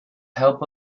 help